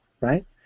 right